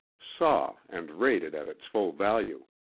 saw and rated at its full value.